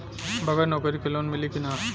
बगर नौकरी क लोन मिली कि ना?